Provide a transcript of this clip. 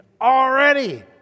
already